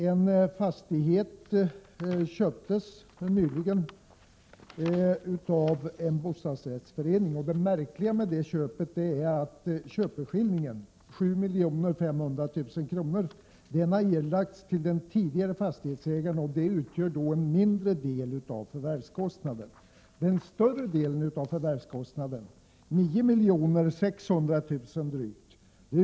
En fastighet köptes nyligen av en bostadsrättsförening, och det märkliga med det köpet var att den köpeskilling som erlades till den tidigare fastighetsägaren —7 500 000 kr. — utgjorde en mindre del av förvärvskostnaden. Den större delen av förvärvskostnaden — drygt 9 600 000 kr.